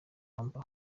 mampa